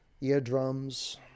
eardrums